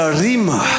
rima